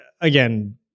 again